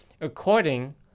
according